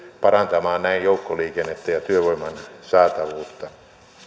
parantamaan näin joukkoliikennettä ja työvoiman saatavuutta